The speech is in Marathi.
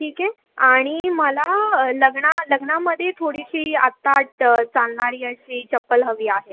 ठीक आहे आणि मला लग्ना लग्नामध्ये थोडीशी आत्ता ट चालणारी अशी चप्पल हवी आहे